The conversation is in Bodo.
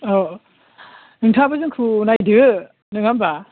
औ नोंथाङाबो जोंखौ नायदो नङा होनबा